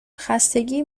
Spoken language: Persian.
خستگی